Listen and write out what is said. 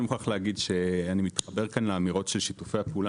אני מוכרח להגיד שאני מתחבר לאמירות שנאמרו כאן על שיתופי הפעולה.